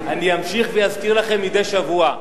אני אמשיך ואזכיר לכם מדי שבוע: